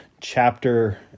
chapter